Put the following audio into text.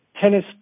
tennis